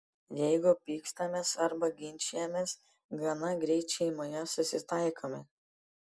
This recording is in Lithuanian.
jeigu pykstamės arba ginčijamės gana greit šeimoje susitaikome